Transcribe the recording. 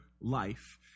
life